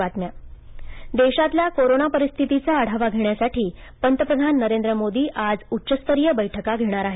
बैठक देशातल्या कोरोना परिस्थितीचा आढावा धेण्यासाठी पंतप्रधान नरेंद्र मोदी आज उच्चस्तरीय बैठका घेणार आहेत